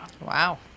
Wow